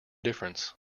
difference